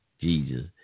Jesus